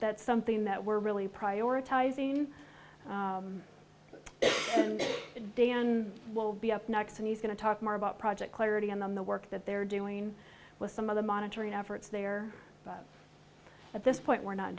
that's something that we're really prioritizing and dan will be up next and he's going to talk more about project clarity on the work that they're doing with some of the monitoring efforts there but at this point we're not